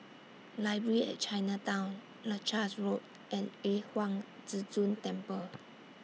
Library At Chinatown Leuchars Road and Yu Huang Zhi Zun Temple